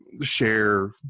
share